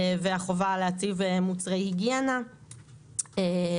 והחובה להציב מוצרי הגיינה וכדומה.